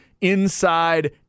inside